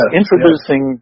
introducing